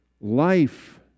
life